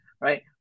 right